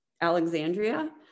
Alexandria